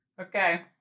Okay